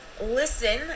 listen